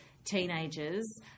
teenagers